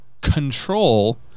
control